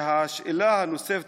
השאלה הנוספת,